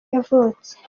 yavutse